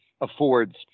affords